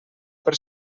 per